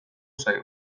zaigu